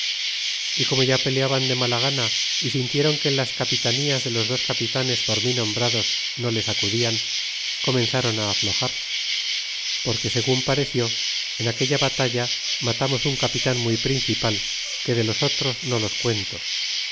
y como ya peleaban de mala gana y sintieron que las capitanías de los dos capitanes poi mí nombrados no les acudian comenzaron á aflojar porque segun pareció en aquella batalla matamos un capitan muy principal que de los otros no log cuento